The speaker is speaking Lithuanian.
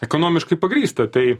ekonomiškai pagrįsta tai